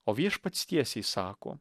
o viešpats tiesiai sako